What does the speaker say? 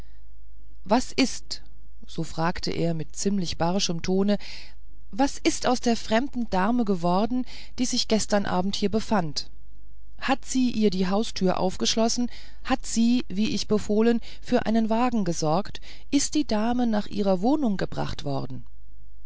was ist so fragte er mit ziemlich barschem tone was ist aus der fremden dame geworden die sich gestern abend hier befand hat sie ihr die haustüre aufgeschlossen hat sie wie ich befohlen für einen wagen gesorgt ist die dame nach ihrer wohnung gebracht worden